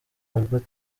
albert